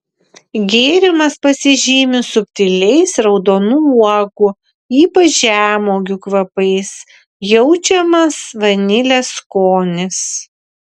gėrimas pasižymi subtiliais raudonų uogų ypač žemuogių kvapais jaučiamas vanilės skonis